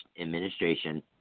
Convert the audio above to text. administration